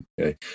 Okay